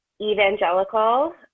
evangelical